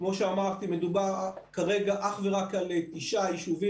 כמו שאמרתי מדובר כרגע אך ורק על תשעה יישובים,